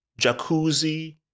jacuzzi